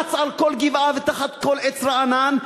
רץ על כל גבעה, ותחת כל עץ רענן.